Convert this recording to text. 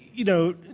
you know,